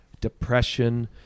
depression